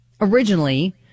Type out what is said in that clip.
Originally